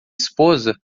esposa